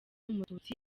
umututsi